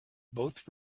both